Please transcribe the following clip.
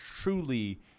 truly